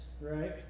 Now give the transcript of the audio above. right